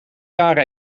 jaren